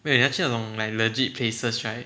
没有你要去那种 like legit places right